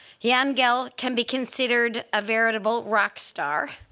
jan gehl can be considered a veritable rock star.